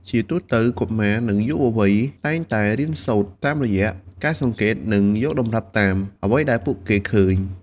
ជាទូទៅកុមារ និងយុវវ័យតែងតែរៀនសូត្រតាមរយៈការសង្កេត និងយកតម្រាប់តាមអ្វីដែលពួកគេឃើញ ។